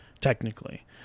technically